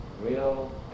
real